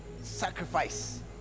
sacrifice